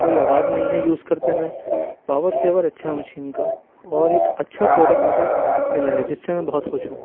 کوئی آواز نہیں ہے یوز کرتے میں پاور سیور اچھا ہے مشین کا اور ایک اچھا پروڈکٹ مجھے ملا ہے جس سے میں بہت خوش ہوں